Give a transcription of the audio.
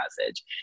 message